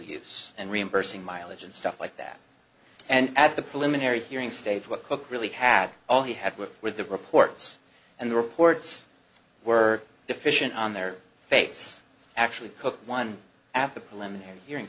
reimbursing mileage and stuff like that and at the preliminary hearing stage what cook really have all he had were with the reports and the reports were deficient on their face actually cooked one at the preliminary hearing